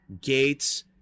Gates